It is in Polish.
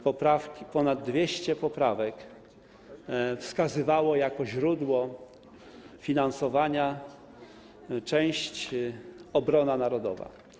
Ponad 200 poprawek wskazywało jako źródło finansowania część: Obrona narodowa.